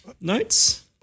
notes